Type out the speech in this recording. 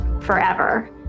forever